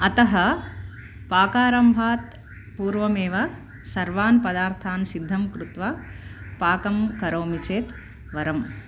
अतः पाकारम्भात् पूर्वमेव सर्वान् पदार्थान् सिद्धं कृत्वा पाकं करोमि चेत् वरम्